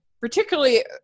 particularly